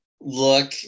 look